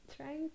trying